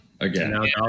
Again